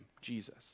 Jesus